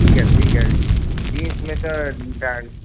ठीकु आहे ठीकु आहे जींस में त ॾा